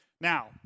Now